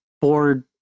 board